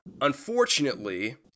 Unfortunately